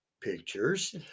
pictures